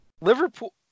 Liverpool